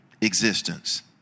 existence